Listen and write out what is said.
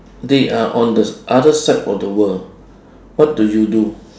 they are on the other side of the world what do you do